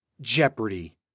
Jeopardy